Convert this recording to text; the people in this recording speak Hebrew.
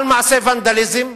על מעשי ונדליזם.